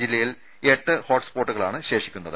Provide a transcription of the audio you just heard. ജില്ലയിൽ എട്ട് ഹോട്സ്പോട്ടുകളാണ് ശേഷിക്കുന്നത്